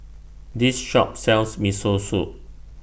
This Shop sells Miso Soup